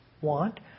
want